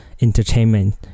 entertainment